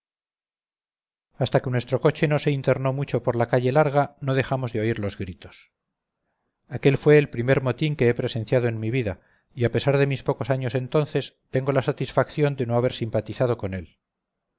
hasta que nuestro coche no se internó mucho por la calle larga no dejamos de oír los gritos aquel fue el primer motín que he presenciado en mi vida y a pesar de mis pocos años entonces tengo la satisfacción de no haber simpatizado con él